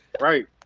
right